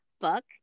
book